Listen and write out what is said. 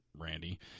Randy